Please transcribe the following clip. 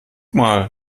mal